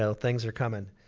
so things are coming.